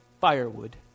firewood